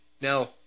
Now